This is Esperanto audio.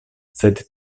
sed